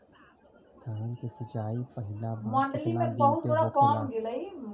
धान के सिचाई पहिला बार कितना दिन पे होखेला?